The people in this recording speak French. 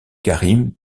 karim